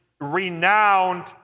renowned